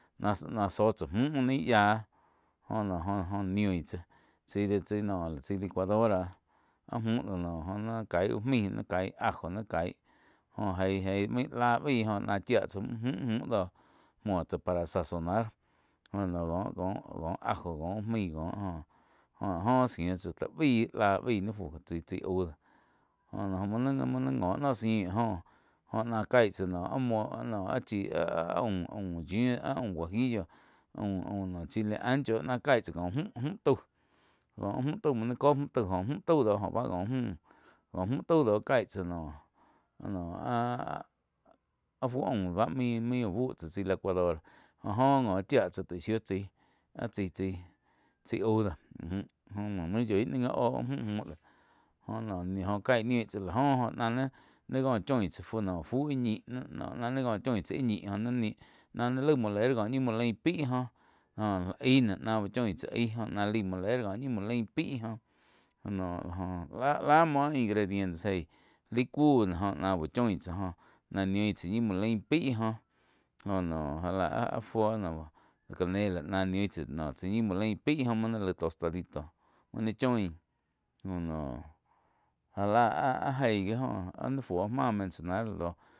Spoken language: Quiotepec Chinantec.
Náh-nah zóh tsá muh nih yiá joh noh jo-jo niu tsá chai do noh chái licuadora áh muh do noh joh nai caí uh main ni caí ajo ni cái joh eíh maí láh baíh joh náh chía tsáh mju muh doh muo tspa para sasonar joh no cóh-cóh ajo cóh úh maí cóh joh-joh ziíh tsá ti baíh láh baíh ní fú chái-chái aú do joh mui ni ngo ziíh joh náh caí tsá noh áh muo áh chí aum-aum yíuh áh aum juagillo aum-aum no chile ancho náh caí tsá mju-mju tau có áh mju tau muo nai cóh-cóh mju tau doh jó báh cóh mju tau doh caí tsá noh-noh áh-áh fu aum báh main-main uh buh tsá chái licuadora jo oh ngo chía tsáh taig shiu chái áh chaí-chái au doh uh muh go main yoi naih gá óh mju muh do joh no caíh niu tsá láh go ná ni cóh choin tsáh fu áh ñi náh nain ga uh choin tsá aí joh nain niun náh naih laig moler cóh ñi muo lain paig oh aig náh lai moler ko ñi muo lain paih joh láh muo báh lá muo ingrediente eih laíi ku no góh náh úh choin tsá joh náh niun tsaí ñi muo lain paí joh jo noh já lá áh fuo noh canela nah niu tsá noh chai ñi muo lain paig go muo nai laih tostadito muo naih choin joh noh já láh áh eig gi oh áh nai fuo máh mencionar la dóh.